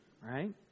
right